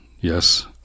yes